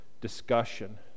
discussion